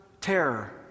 terror